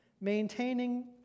maintaining